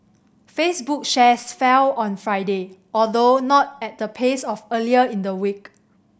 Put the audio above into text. Facebook shares fell on Friday although not at the pace of earlier in the week